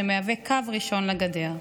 שמהווה קו ראשון לגדר.